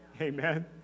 Amen